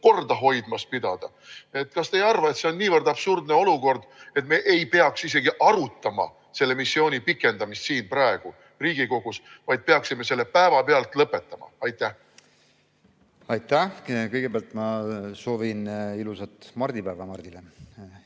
korda hoidmas pidada. Kas te ei arva, et see on niivõrd absurdne olukord, et me ei peaks isegi arutama selle missiooni pikendamist siin praegu, vaid peaksime selle päevapealt lõpetama? Aitäh! Kõigepealt ma soovin Mardile ilusat mardipäeva!